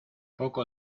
poco